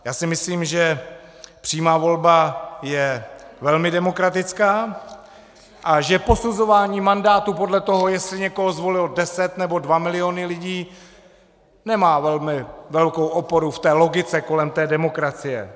Já si myslím, že přímá volba je velmi demokratická a že posuzování mandátu podle toho, jestli někoho zvolilo deset nebo dva miliony lidí, nemá velkou oporu v té logice kolem té demokracie.